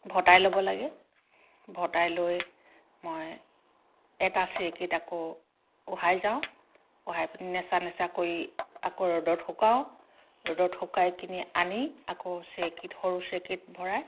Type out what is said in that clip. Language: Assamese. ভটাই ল'ব লাগে ভটাই লৈ মই এটা চেৰেকীত আকৌ উহাই যাওঁ উহাই পিনি নেচা নেচা কৰি আকৌ ৰ'দত শুকাওঁ ৰ'দত শুকাই কিনি আনি আকৌ চেৰেকীত সৰু চেৰেকীত ভৰাই